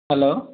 hello